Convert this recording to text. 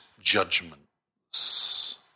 judgments